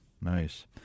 Nice